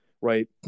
right